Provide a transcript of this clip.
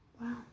Wow